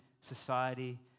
society